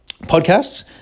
Podcasts